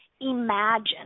Imagine